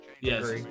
Yes